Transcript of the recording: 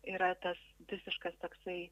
yra tas visiškas toksai